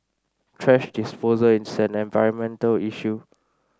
thrash disposal is an environmental issue